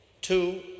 Two